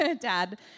Dad